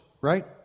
Right